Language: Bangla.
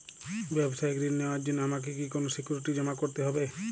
ব্যাবসায়িক ঋণ নেওয়ার জন্য আমাকে কি কোনো সিকিউরিটি জমা করতে হবে?